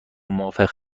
موافق